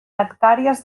hectàrees